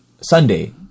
Sunday